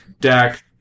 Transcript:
deck